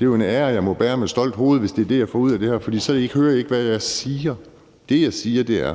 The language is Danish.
jo en ære, jeg må bære på stolte skuldre, hvis det er det, jeg får ud af det her, for så hører I ikke, hvad jeg siger. Det, jeg siger, er: